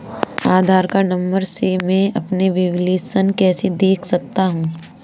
आधार number से मैं अपना बैलेंस कैसे देख सकता हूँ?